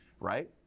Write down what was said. right